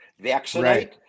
Vaccinate